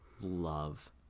love